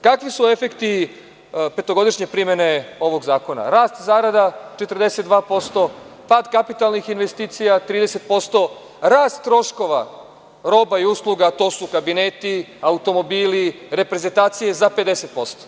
Kakvi su efekti petogodišnje primene ovog zakona, rast – zarada 42%, pad kapitalnih investicija 30%, rast troškova roba i usluga, to su kabineti, automobili, reprezentacije za 50%